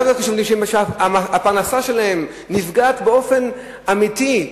הפרנסה שלהם נפגעת באופן אמיתי,